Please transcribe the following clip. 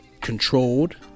Controlled